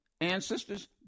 ancestors